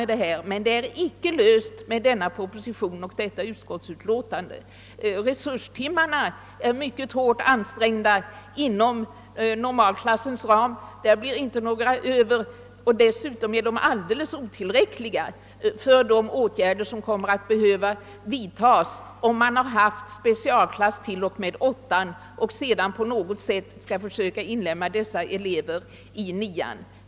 Det är emellertid icke löst genom propositionen och utskottsutlåtandet. Resurstimmarna är mycket hårt ansträngda inom normalklassens ram, och det blir inte några timmar över. Dessutom är de alldeles otillräckliga för de åtgärder som kommer att behöva vidtas, om man haft specialklass t.o.m. årskurs 8 och sedan på något sätt skall försöka inlemma dessa elever i årskurs 9.